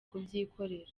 kubyikorera